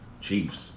Chiefs